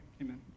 amen